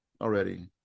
already